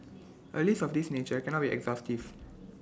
A list of this nature cannot be exhaustive